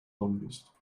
longest